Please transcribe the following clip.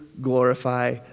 glorify